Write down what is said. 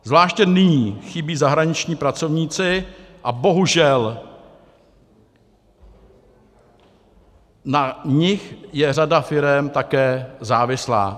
Zvláště nyní chybí zahraniční pracovníci a bohužel na nich je řada firem také závislá.